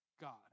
God